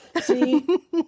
see